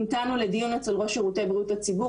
המתנו לדיון אצל ראש בריאות הציבור